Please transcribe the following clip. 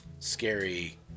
scary